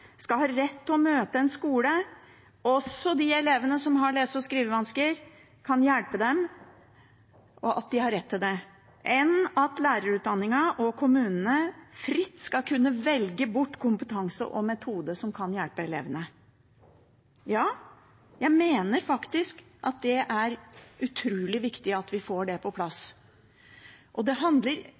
også de elevene som har lese- og skrivevansker, skal ha rett til å møte en skole som kan hjelpe dem, enn at lærerutdanningen og kommunene fritt skal kunne velge bort kompetanse og metoder som kan hjelpe elevene. Ja, jeg mener faktisk at det er utrolig viktig at vi får det på plass.